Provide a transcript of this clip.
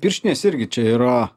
pirštinės irgi čia yra